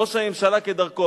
ראש הממשלה כדרכו,